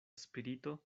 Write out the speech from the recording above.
spirito